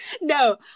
No